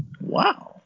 Wow